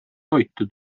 toitu